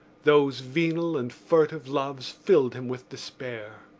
those venal and furtive loves filled him with despair.